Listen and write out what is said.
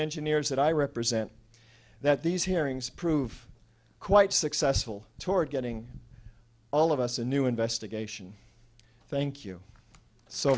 engineers that i represent that these hearings prove quite successful toward getting all of us a new investigation thank you so